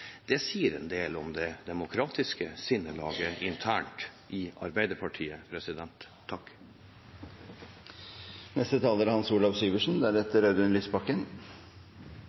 Det sier en del om det demokratiske sinnelaget internt i Arbeiderpartiet.